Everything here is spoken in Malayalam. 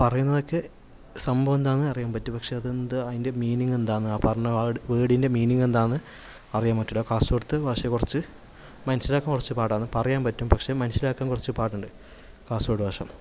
പറയുന്നതൊക്കെ സംഭവം എന്താണെന്ന് അറിയാൻ പറ്റും പക്ഷേ അത് എന്ത് അതിന്റെ മീനിങ്ങ് എന്താണെന്നോ പറഞ്ഞ വേര്ഡിന്റെ മീനിങ്ങ് എന്താണെന്നു അറിയാന് പറ്റില്ല കാസർഗോഡത്തെ ഭാഷ കുറച്ച് മനസ്സിലാക്കാന് കുറച്ച് പാടാണ് പറയാന് പറ്റും പക്ഷെ മനസ്സിലാക്കാന് കുറച്ച് പാടുണ്ട് കാസര്ഗോഡ് ഭാഷ